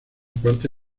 parte